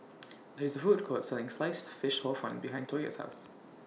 There IS A Food Court Selling Sliced Fish Hor Fun behind Toya's House